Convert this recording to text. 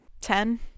Ten